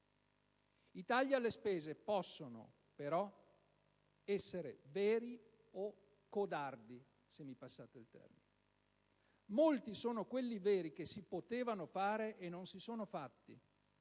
I tagli alle spese possono però essere veri o codardi, se mi passate il termine. Molti sono quelli veri che si potevano fare e non si sono fatti,